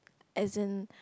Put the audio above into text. as in